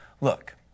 look